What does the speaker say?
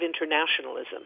internationalism